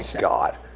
god